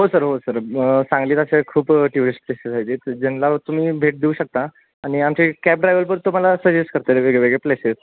हो सर हो सर सांगलीत असे खूप टुरिस्ट प्लेसेस आहेत ज्याना तुम्ही भेट देऊ शकता आणि आमचे कॅब ड्रायव्हरपण तुम्हाला सजेस्ट करतील वेगवेगळे प्लेसेस